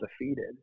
defeated